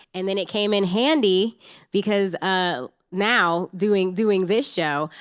and then it came in handy because ah now, doing doing this show,